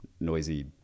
noisy